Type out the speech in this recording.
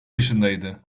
yaşındaydı